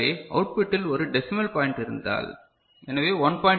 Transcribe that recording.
எனவே அவுட்புட்டில் ஒரு டெசிமல் பாயிண்ட் இருந்தால் எனவே 1